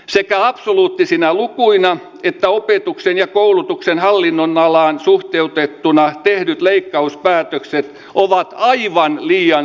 sekä absoluuttisina muina etäopetukseen ja koulutukseen hallinnon alaan suhteutettuna tehdyt leikkauspäätökset oma taihvaan liian